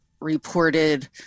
reported